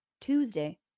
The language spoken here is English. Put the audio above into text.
tuesday